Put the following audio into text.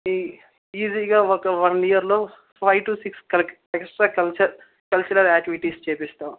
ఈ ఈజీగా ఒక వన్ ఇయర్లో ఫైవ్ టు సిక్స్ కర్ ఎక్స్ట్రా కల్చర్ కల్చరల్ యాక్టివిటీస్ చెయ్యిస్తాము